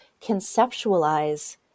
conceptualize